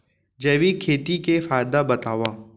जैविक खेती के फायदा बतावा?